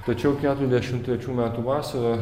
tačiau keturiasdešimt trečių metų vasarą